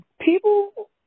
people